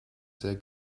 sehr